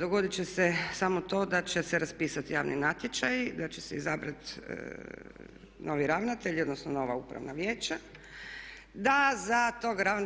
Dogoditi će se samo to da će se raspisati javni natječaj, da će se izabrati novi ravnatelj odnosno nova upravna vijeća, da za